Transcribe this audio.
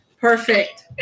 Perfect